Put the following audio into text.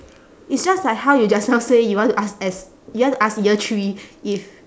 it's just like how you just now say you want to ask as you want to ask year three if